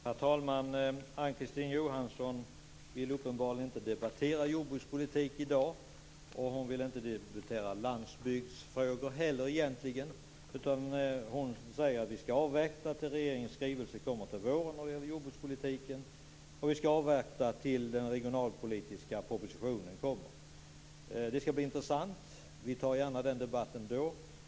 Herr talman! Ann-Kristine Johansson vill uppenbarligen inte debattera jordbrukspolitik i dag. Egentligen vill hon inte heller debattera landsbygdsfrågor. I stället säger hon att vi skall avvakta regeringens skrivelse till våren vad gäller jordbrukspolitiken. Vi skall också avvakta den regionalpolitiska propositionen. Det skall bli intressant och vi tar gärna debatten då.